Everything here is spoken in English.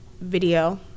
video